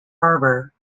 harbour